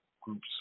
groups